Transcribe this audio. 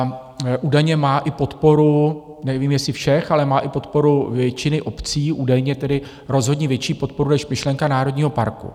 A údajně má i podporu, nevím, jestli všech, ale má i podporu většiny obcí, údajně tedy rozhodně větší podporu než myšlenka národního parku.